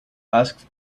asked